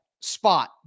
spot